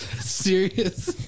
Serious